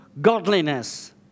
godliness